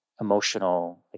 emotional